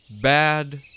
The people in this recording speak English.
bad